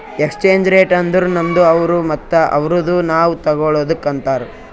exchange rate ಅಂದುರ್ ನಮ್ದು ಅವ್ರು ಮತ್ತ ಅವ್ರುದು ನಾವ್ ತಗೊಳದುಕ್ ಅಂತಾರ್